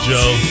Joe